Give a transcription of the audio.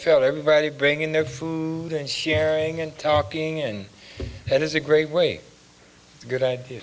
felt everybody bringing their food and sharing and talking and that is a great way good idea